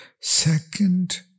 Second